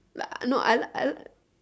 like~ uh no I like I like